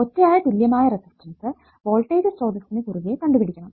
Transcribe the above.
ഒറ്റയായ തുല്യമായ resistance voltage സ്രോതസ്സിനു കുറുകെ കണ്ടുപിടിക്കണം